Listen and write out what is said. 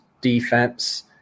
defense